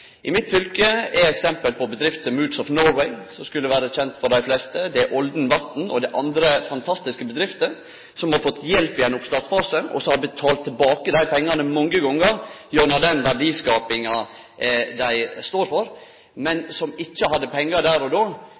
I mitt fylke er eksempel på bedrifter Moods of Norway, som skulle vere kjent for dei fleste, Olden vatn og andre fantastiske bedrifter som har fått hjelp i ein oppstartsfase, som ikkje hadde pengar der og då, då dei trong dei, men som har betalt tilbake dei pengane mange gonger gjennom den verdiskapinga dei står for.